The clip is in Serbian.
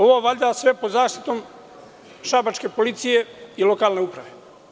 Ovo valjda sve pod zaštitom šabačke policije i lokalne uprave.